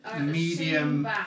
medium